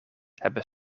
hebben